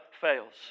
fails